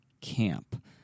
camp